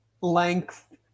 length